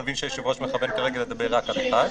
אני מבין שהיושב-ראש מכוון כרגע לדבר רק על (1).